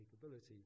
capability